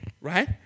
right